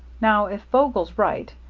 now, if vogel's right,